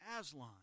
Aslan